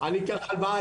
אני אקח הלוואה,